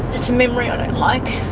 it's a memory i don't like.